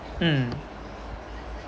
mm